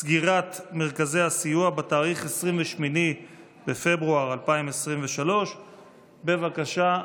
סגירת מרכזי הסיוע ב-28 בפברואר 2023. בבקשה,